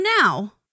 now